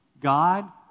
God